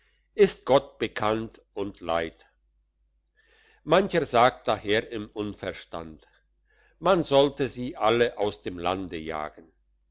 ist gott bekannt und leid mancher sagt daher im unverstand man sollte sie alle aus dem lande jagen